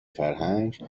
فرهنگ